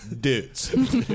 dudes